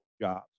jobs